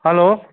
hello